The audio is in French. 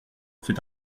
c’est